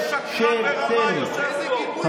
אמסלם, מספיק.